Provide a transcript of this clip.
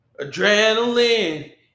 Adrenaline